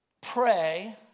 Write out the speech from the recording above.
pray